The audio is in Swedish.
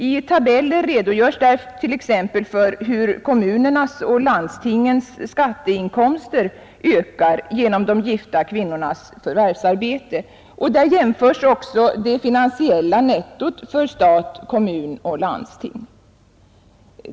I tabeller redogörs där t.ex. för hur kommunernas och landstingens skatteinkomster ökar genom de gifta kvinnornas förvärvsarbete, och där jämförs också det finansiella nettot för stat, kommun och landsting.